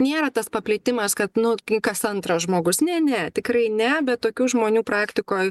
nėra tas paplitimas kad nu kas antras žmogus ne ne tikrai ne bet tokių žmonių praktikoj